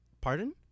Pardon